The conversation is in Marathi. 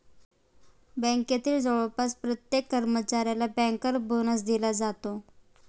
बँकेतील जवळपास प्रत्येक कर्मचाऱ्याला बँकर बोनस दिला जातो